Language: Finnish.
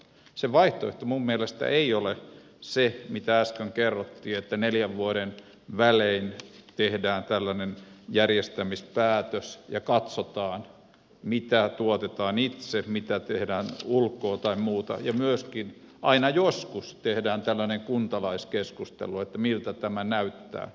se vaihtoehto minun mielestäni ei ole se mitä äsken kerrottiin että neljän vuoden välein tehdään tällainen järjestämispäätös ja katsotaan mitä tuotetaan itse mitä tehdään ulkoa tai muuta ja myöskin aina joskus tehdään tällainen kuntalaiskeskustelu että miltä tämä näyttää